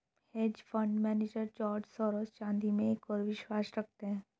hedge fund manager George Soros चांदी में एक और विश्वास रखते हैं